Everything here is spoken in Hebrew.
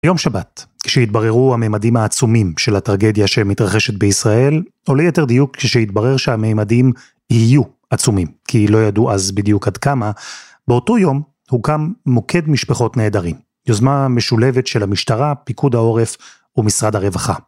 ביום שבת, כשהתבררו הממדים העצומים של הטרגדיה שמתרחשת בישראל, או ליתר דיוק כשהתברר שהממדים יהיו עצומים, כי לא ידעו אז בדיוק עד כמה, באותו יום הוקם מוקד משפחות נעדרים. יוזמה משולבת של המשטרה, פיקוד העורף ומשרד הרווחה.